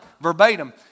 verbatim